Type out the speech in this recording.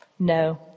No